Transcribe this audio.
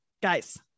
guys